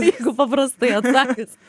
jeigu paprastai atsakius